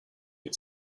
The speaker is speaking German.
dir